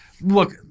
look